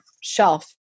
shelf